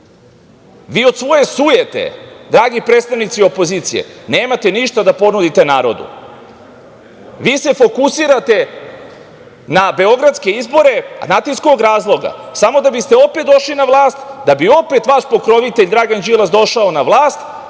od svoje sujete, dragi predstavnici opozicije, nemate ništa da ponudite narodu. Vi se fokusirate na beogradske izbore, a znate iz kog razloga? Samo da bi ste opet došli na vlast, da bi opet vaš pokrovitelj Dragan Đilas došao na vlast